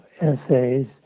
essays